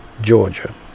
Georgia